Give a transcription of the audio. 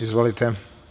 Izvolite.